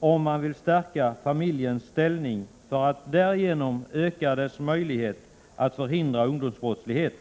om man vill stärka familjens ställning för att därigenom öka dess möjlighet att förhindra ungdomsbrottslighet.